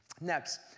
Next